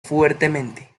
fuertemente